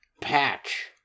patch